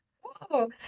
whoa